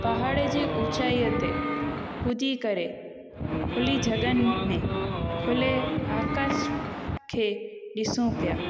पहाड़ जी ऊचाईअ ते कुदी करे खुली जॻहनि में खुले आकाश खे ॾिसूं पिया